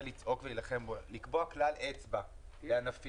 לצעוק ולהילחם בו לקבוע כלל אצבע לענפים.